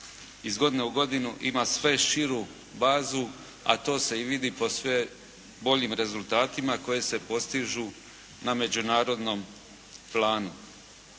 iz godine u godinu ima sve širu bazu, a to se i vidi po sve boljim rezultatima, koji se postižu na međunarodnom planu.